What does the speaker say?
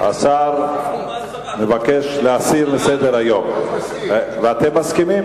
השר מבקש להסיר מסדר-היום ואתם מסכימים?